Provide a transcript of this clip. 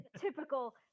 typical